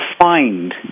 find